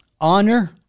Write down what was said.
honor